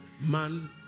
man